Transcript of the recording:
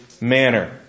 manner